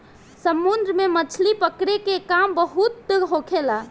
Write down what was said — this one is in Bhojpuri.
समुन्द्र में मछली पकड़े के काम बहुत होखेला